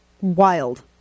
wild